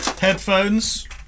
Headphones